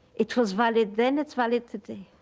it was valid then. it's valid today.